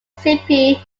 sippy